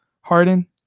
Harden